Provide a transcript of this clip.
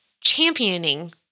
championing